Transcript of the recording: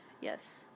Yes